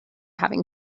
having